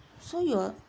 so you're